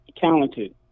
talented